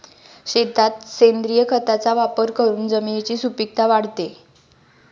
शेतात सेंद्रिय खताचा वापर करून जमिनीची सुपीकता वाढते